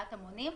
הסעת המונים,